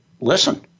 listen